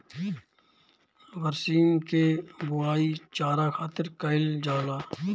बरसीम के बोआई चारा खातिर कईल जाला